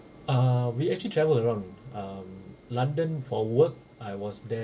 uh we actually travel around um london for work I was there